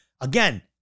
Again